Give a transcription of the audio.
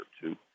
two